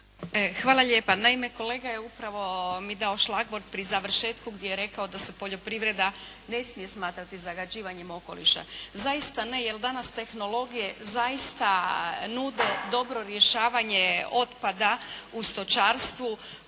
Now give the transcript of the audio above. Hvala lijepa. Naime kolega je upravo mi dao šlagvort pri završetku gdje je rekao da se poljoprivreda ne smije smatrati zagađivanjem okoliša. Zaista ne, jer danas tehnologije zaista nude dobro rješavanje otpada u stočarstvu